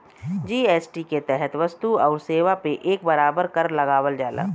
GST के तहत वस्तु आउर सेवा पे एक बराबर कर लगावल जाला